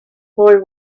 boy